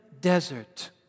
desert